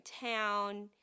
town